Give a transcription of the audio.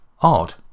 odd